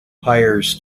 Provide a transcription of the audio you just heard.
hires